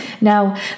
Now